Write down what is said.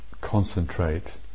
concentrate